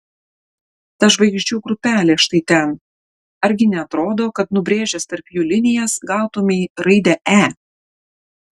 ta žvaigždžių grupelė štai ten argi neatrodo kad nubrėžęs tarp jų linijas gautumei raidę e